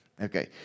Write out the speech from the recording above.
Okay